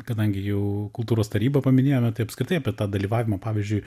kadangi jau kultūros tarybą paminėjome tai apskritai apie tą dalyvavimą pavyzdžiui